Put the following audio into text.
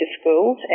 schools